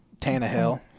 Tannehill